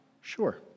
sure